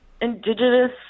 Indigenous